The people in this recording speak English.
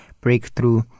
Breakthrough